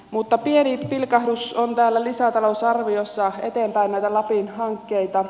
mutta pieni pilkahdus on täällä lisätalousarviossa eteenpäin näitä lapin hankkeita